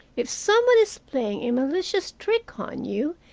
if some one is playing a malicious trick on you,